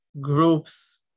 groups